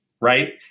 right